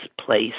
place